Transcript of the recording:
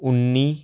ਉੱਨੀ